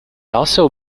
also